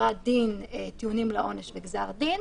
הכרעת דין, טיעונים לעונש וגזר דין,